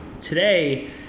today